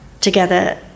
together